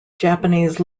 japanese